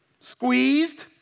squeezed